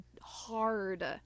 hard